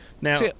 now